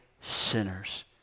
sinners